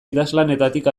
idazlanetatik